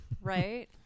right